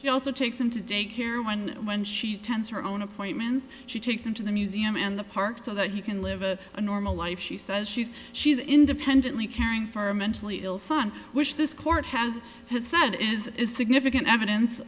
she also takes him to daycare when when she tends her own appointments she takes him to the museum in the park so that he can live a normal life she says she's she's independently caring for a mentally ill son which this court has decided is significant evidence